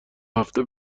هفته